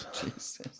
Jesus